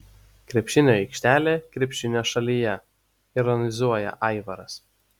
krepšinio aikštelė krepšinio šalyje ironizuoja aivaras